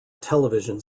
television